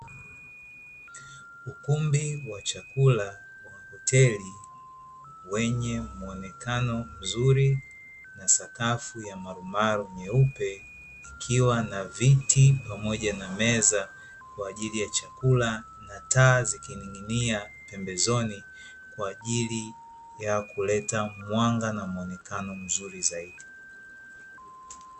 Ukumbi wa chakula wa hoteli wenye muonekano mzuri na sakafu ya marumaru nyeupe, ikiwa na viti pamoja na meza kwa ajili ya chakula na taa zikining'inia pembeni kwa ajili ya kuleta mwanga na mwonekano mzuri zaidi.